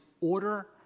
order